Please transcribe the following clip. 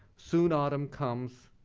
soon, autumn comes,